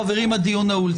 חברים, הדיון נעול.